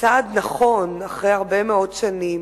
צעד נכון, אחרי הרבה מאוד שנים,